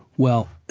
well,